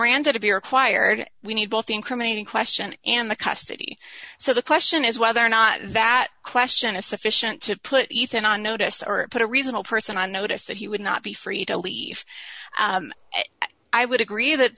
to be required we need both incriminating question and the custody so the question is whether or not that question is sufficient to put ethan on notice or put a reasonable person on notice that he would not be free to leave i would agree that